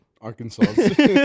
Arkansas